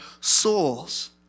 souls